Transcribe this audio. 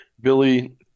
Billy